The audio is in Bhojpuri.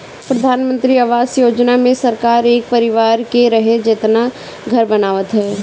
प्रधानमंत्री आवास योजना मे सरकार एक परिवार के रहे जेतना घर बनावत हवे